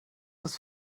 ist